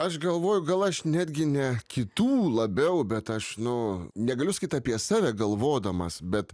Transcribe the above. aš galvoju gal aš netgi ne kitų labiau bet aš nu negaliu sakyt apie save galvodamas bet